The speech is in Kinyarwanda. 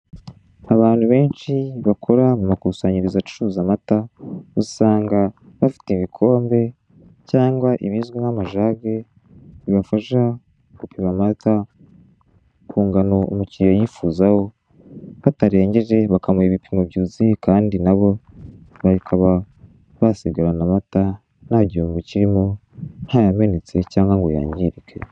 Abantu benshi bakora mu makusanyirizo acuruza amata usanga bafite ibikombe cyangwa ibizwi nk'amajage bibafasha gupima amata ku ngano umukiriya ayifuzaho, batarengeje bakamuha ibipimo byuzuye kandi nabo bakaba basigarana amata nta gihombo kirimo ntayamenetse cyangwa ngo yangirike.